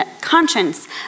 conscience